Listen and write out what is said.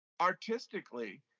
artistically